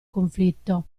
conflitto